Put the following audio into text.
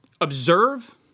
observe